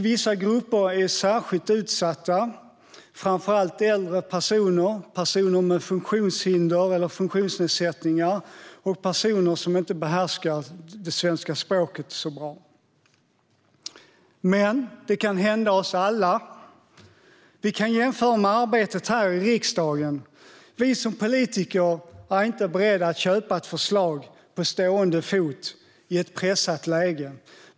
Vissa grupper av människor är särskilt utsatta, framför allt äldre personer, personer med vissa funktionsnedsättningar och personer som inte behärskar svenska språket så bra. Men det kan hända oss alla. Vi kan jämföra med arbetet här i riksdagen. Vi som politiker är inte beredda att köpa ett förslag på stående fot i ett pressat läge.